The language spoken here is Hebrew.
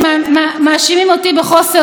אף אחד לא האשים אותך בחוסר נימוס.